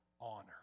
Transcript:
honor